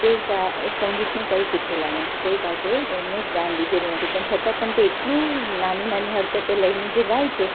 તે સા સંગીતનું કંઈ શીખેલા નથી કોઈ પાસે એમને જ્ઞાન લીધેલું નથી પણ છતાં પણ તે એટલું નાની નાની હરકતો લઈને જે ગાય છે